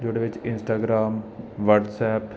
YouTube Instagram WhatsApp